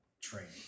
training